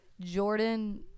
Jordan